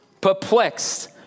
Perplexed